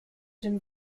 dem